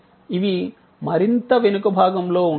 ఇవి మరింత వెనుక భాగంలో ఉంటాయి